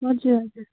हजुर हजुर